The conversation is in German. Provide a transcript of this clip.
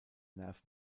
nerv